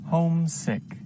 Homesick